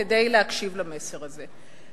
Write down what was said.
כדי להקשיב למסר הזה.